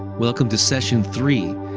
welcome to session three.